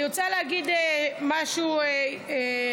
אני רוצה להגיד משהו אישי: